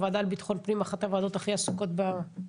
הוועדה לביטחון פנים היא אחת הוועדות הכי עסוקות במדינה,